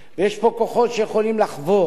יש פה כוחות שיכולים לחבור: